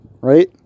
right